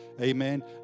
Amen